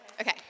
Okay